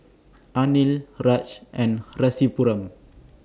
Anil Raj and Rasipuram